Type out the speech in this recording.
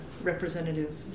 representative